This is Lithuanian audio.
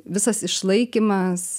visas išlaikymas